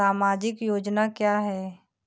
सामाजिक योजना क्या है?